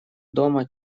дома